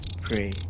pray